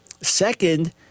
Second